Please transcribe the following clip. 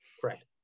Correct